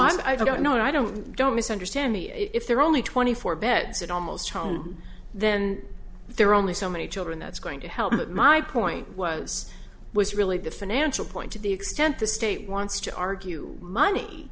do i don't know i don't don't misunderstand me if there are only twenty four beds at almost home then there are only so many children that's going to help but my point was was really the financial point to the extent the state want to argue money